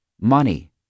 money